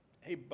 hey